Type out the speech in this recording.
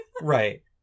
Right